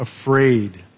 afraid